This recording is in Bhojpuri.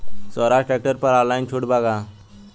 सोहराज ट्रैक्टर पर ऑनलाइन छूट बा का?